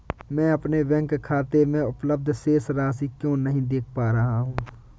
मैं अपने बैंक खाते में उपलब्ध शेष राशि क्यो नहीं देख पा रहा हूँ?